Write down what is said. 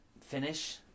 finish